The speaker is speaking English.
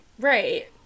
Right